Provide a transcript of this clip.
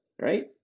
Right